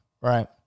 Right